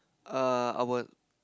err I would